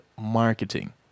marketing